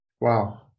Wow